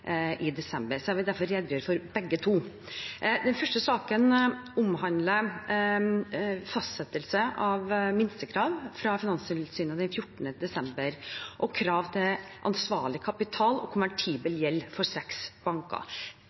i desember. Jeg vil derfor redegjøre for begge to. Den første saken omhandler fastsettelse av minstekrav fra Finanstilsynet den 14. desember og krav til ansvarlig kapital og konvertibel gjeld for seks banker.